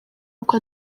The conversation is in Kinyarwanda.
uko